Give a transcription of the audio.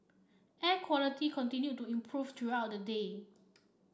air quality continued to improve throughout the day